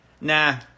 nah